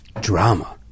Drama